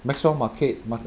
maxwell market mah